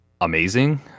amazing